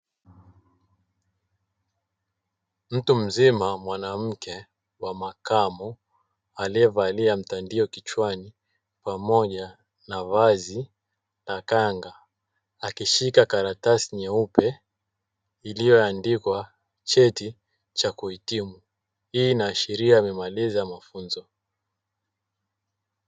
Mtu mzima mwanamke wa makamo aliyevalia mtandio kichwani pamoja na vazi na kanga akishika karatasi nyeupe iliyoandikwa cheti cha kuhitimu, hii inaashiria amemaliza mafunzo.